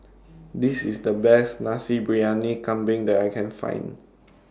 This IS The Best Nasi Briyani Kambing that I Can Find